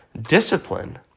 discipline